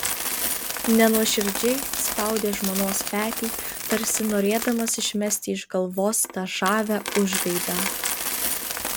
nenuoširdžiai spaudė žmonos petį tarsi norėdamas išmesti iš galvos tą žavią užgaidą